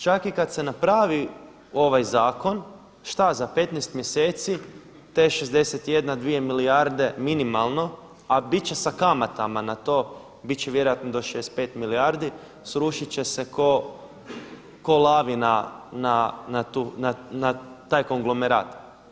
Čak i kada se napravi ovaj zakon šta za 15 mjeseci te 61, dvije milijarde minimalno, a bit će sa kamatama na to bit će vjerojatno do 65 milijardi, srušit će se ko lavina na taj konglomerat.